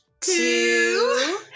two